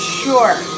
sure